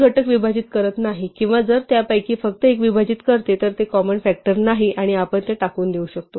ते घटक विभाजित करत नाही किंवा जर त्यापैकी फक्त एक विभाजित करते तर ते एक कॉमन फ़ॅक्टर नाही आणि आपण टाकून देऊ शकतो